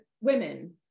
women